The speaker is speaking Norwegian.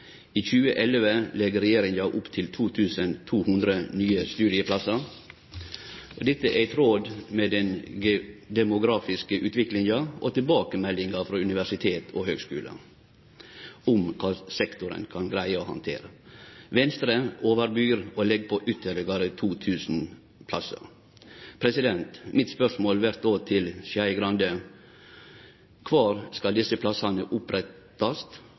I 2011 legg regjeringa opp til 2 200 nye studieplassar. Dette er i tråd med den demografiske utviklinga og tilbakemeldingar frå universitet og høgskular om kva sektoren kan greie å handtere. Venstre overbyr og legg på ytterlegare 2 000 plassar. Mitt spørsmål vert då til Skei Grande: Kvar skal desse plassane opprettast,